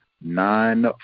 nine